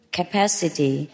capacity